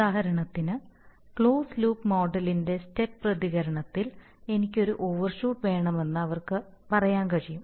ഉദാഹരണത്തിന് closed loop മോഡലിന്റെ step പ്രതികരണത്തിൽ എനിക്ക് ഒരു ഓവർഷൂട്ട് വേണമെന്ന് അവർക്ക് പറയാൻ കഴിയും